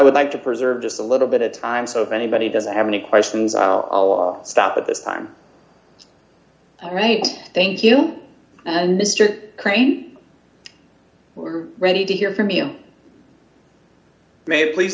would like to preserve just a little bit of time so if anybody doesn't have any questions i'll stop at this time right thank you and mr crane we're ready to hear from you may please